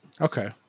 Okay